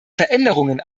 veränderungen